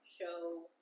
show